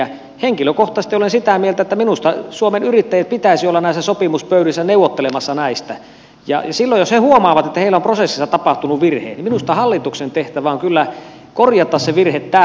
henkilökohtaisesti olen sitä mieltä että suomen yrittäjien pitäisi olla näissä sopimuspöydissä neuvottelemassa näistä ja silloin jos he huomaavat että heillä on prosessissa tapahtunut virhe niin minusta hallituksen tehtävä on kyllä korjata se virhe viimeistään tässä